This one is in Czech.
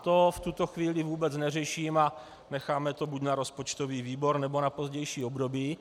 To v tuto chvíli vůbec neřeším a necháme to buď na rozpočtový výbor, nebo na pozdější období.